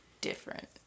different